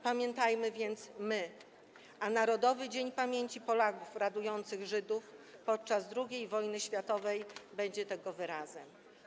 Pamiętajmy więc my, a Narodowy Dzień Pamięci Polaków ratujących Żydów podczas II wojny światowej będzie tego wyrazem.